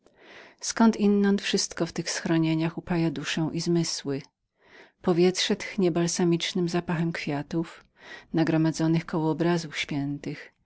zkąd inąd wszystko w tych schronieniach upaja duszę i zmysły powietrze tchnie balsamicznym zapachem kwiatów nagromadzonych koło obrazów świętych